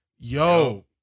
Yo